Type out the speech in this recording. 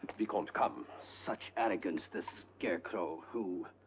vicomte, come. such arrogance! this scarecrow, who.